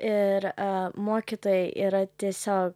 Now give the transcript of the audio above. ir a mokytojai yra tiesio